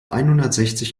einhundertsechzig